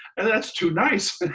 and that's too nice.